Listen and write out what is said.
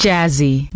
Jazzy